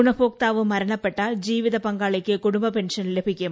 ഗുണഭോക്താവ് മർൺറ്പ്പട്ടാൽ ജീവിത പങ്കാളിക്ക് കുടുംബ പെൻഷൻ ലഭിക്കും